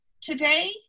today